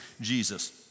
Jesus